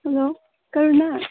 hello ꯀꯔꯨꯅꯥ